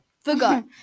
Forgot